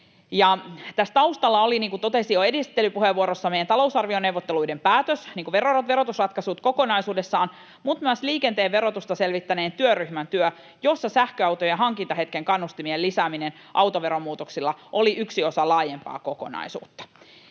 tässä taustalla oli, niin kuin totesin jo esittelypuheenvuorossa, meidän talousarvioneuvottelujemme päätös, verotusratkaisut kokonaisuudessaan, mutta myös liikenteen verotusta selvittäneen työryhmän työ, jossa sähköautojen hankintahetken kannustimien lisääminen autoveron muutoksilla oli yksi osa laajempaa kokonaisuutta.